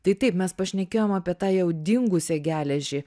tai taip mes pašnekėjom apie tą jau dingusią geležį